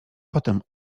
potem